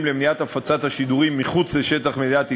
למניעת הפצת השידורים מחוץ לשטח מדינת ישראל.